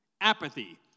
Apathy